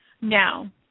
now